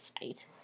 fight